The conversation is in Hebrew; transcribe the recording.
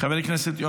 חבר הכנסת נאור שירי,